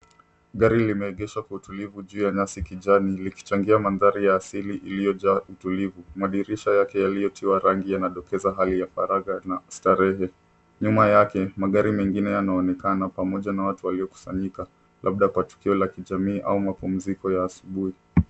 Gari limeegeshwa kwa utulivu juu ya nyasi kijani likichangia mandhari ya asili iliojaa utulivu. Madirisha yake yaliyotiwa rangi yanadokeza hali ya faragha na starehe. Nyuma yake magari mengine yanaonekana pamoja na watu waliokusanyika labda kwa tukio la kijamii au mapumziko ya asubuhi.